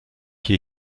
qui